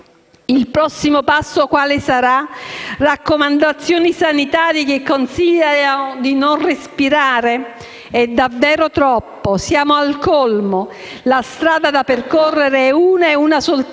Il prossimo passo quale sarà? Raccomandazioni sanitarie che consigliano di non respirare? È davvero troppo, siamo al colmo. La strada da percorrere è una soltanto: